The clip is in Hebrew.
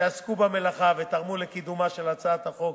שעסקו במלאכה ותרמו לקידומה של הצעת החוק.